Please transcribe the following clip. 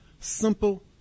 simple